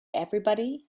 everybody